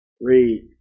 Read